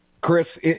Chris